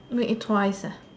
make it twice